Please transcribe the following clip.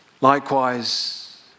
Likewise